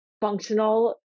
functional